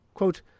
Quote